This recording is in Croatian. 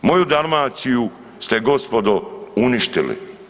Moju Dalmaciju ste gospodo uništili.